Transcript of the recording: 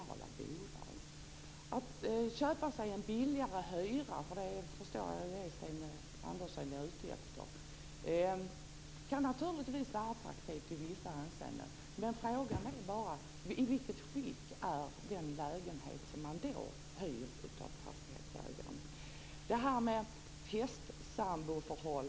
Att kunna köpa sig en billigare hyra - jag förstår att det är det som Sten Andersson är ute efter - är naturligtvis attraktivt i vissa avseenden, men frågan är bara i vilket skick den lägenhet är som man då hyr av fastighetsägaren.